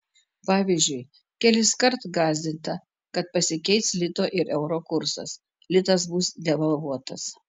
pavyzdžiui keliskart gąsdinta kad pasikeis lito ir euro kursas litas bus devalvuotas